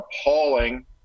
appalling